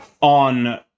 on